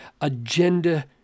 agenda